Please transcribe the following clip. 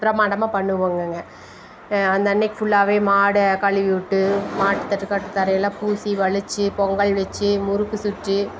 பிரமாண்டமாக பண்ணுவோங்கங்க அந்த அன்றைக்கு ஃபுல்லாகவே மாடை கழுவிவிட்டு மாட்டு கட்டி போட்டு தரையெல்லாம் பூசி வழித்து பொங்கல் வச்சு முறுக்கு சுட்டு